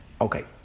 Okay